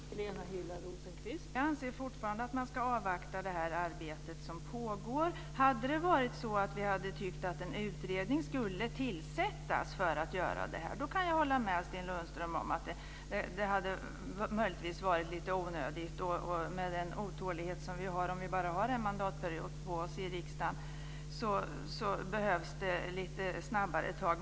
Fru talman! Jag anser fortfarande att man ska avvakta det arbete som pågår. Om vi hade tyckt att en utredning skulle tillsättas för detta kan jag hålla med Sten Lundström om att det hade varit onödigt. Med den otålighet vi har med bara en mandatperiod på oss i riksdagen behövs det lite snabbare tag.